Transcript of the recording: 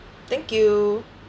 thank you